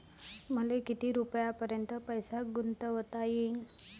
मले किती रुपयापर्यंत पैसा गुंतवता येईन?